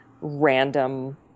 random